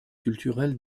culturel